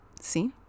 see